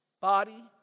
body